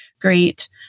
great